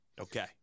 okay